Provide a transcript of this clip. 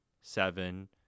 seven